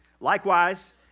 Likewise